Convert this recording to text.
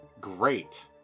Great